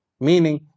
Meaning